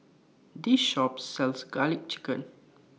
This Shop sells Garlic Chicken